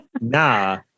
nah